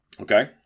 Okay